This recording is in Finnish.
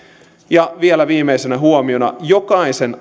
kuluvana vuonna vielä viimeisenä huomiona jokaisen